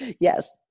Yes